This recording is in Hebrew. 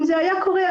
אם זה היה קורה,